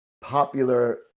popular